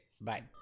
Bye